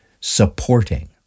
supporting